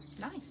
Nice